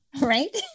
right